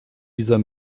dieser